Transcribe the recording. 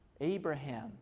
Abraham